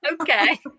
Okay